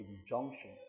injunction